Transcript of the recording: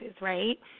right